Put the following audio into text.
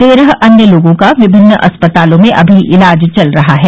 तेरह अन्य लोगों का विभिन्न अस्पतालों में अभी इलाज चल रहा है